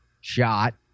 shot